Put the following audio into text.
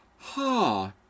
ha